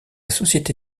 société